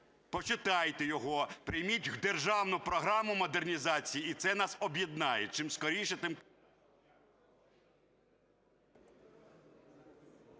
почитайте його, прийміть державну програму модернізації і це нас об'єднає чим скоріше, тим…